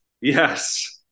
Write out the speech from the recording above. yes